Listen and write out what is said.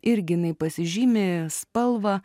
irgi jinai pasižymi spalvą